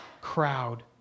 crowd